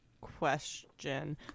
question